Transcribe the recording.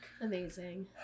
Amazing